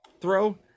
throw